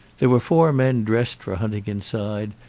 there were four men dressed for hunting inside,